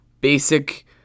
basic